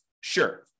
Sure